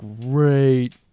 great